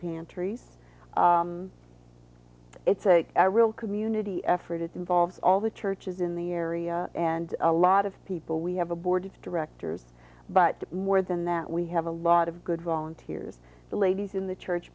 pantries it's a real community effort it involves all the churches in the area and a lot of people we have a board of directors but more than that we have a lot of good volunteers the ladies in the church